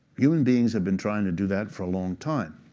human beings have been trying to do that for a long time.